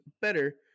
better